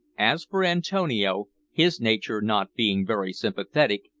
as for antonio, his nature not being very sympathetic,